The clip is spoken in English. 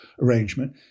arrangement